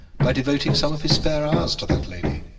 by devoting some of his spare hours to that lady.